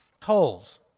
Tolls